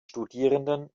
studierenden